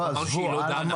שהיא לא דנה.